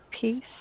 peace